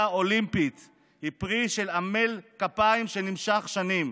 אולימפית היא פרי של עמל כפיים שנמשך שנים.